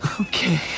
Okay